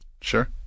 Sure